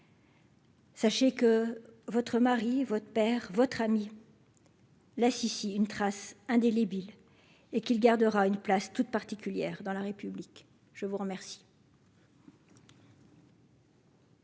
Sachez que votre mari, votre père, votre ami. La si si une trace indélébile et qu'il gardera une place toute particulière dans la République, je vous remercie.